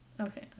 Okay